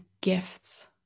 gifts